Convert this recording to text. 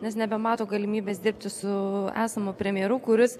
nes nebemato galimybės dirbti su esamu premjeru kuris